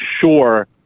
sure